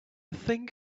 think